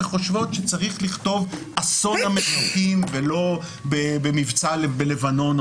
וחושבות שצריך לכתוב "אסון המסוקים" ולא "מבצע בלבנון",